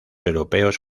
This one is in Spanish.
europeos